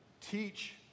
teach